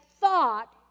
thought